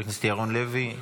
חבר הכנסת ירון לוי,